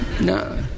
No